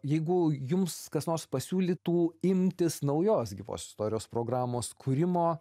jeigu jums kas nors pasiūlytų imtis naujos gyvos istorijos programos kūrimo